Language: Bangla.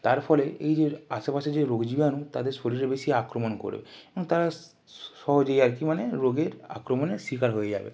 তার ফলে এই যে আশেপাশে যে রোগ জীবাণু তাদের শরীরে বেশি আক্রমণ করবে তারা সহজেই আর কি মানে রোগের আক্রমণের শিকার হয়ে যাবে